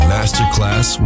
Masterclass